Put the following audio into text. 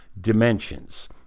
dimensions—